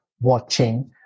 watching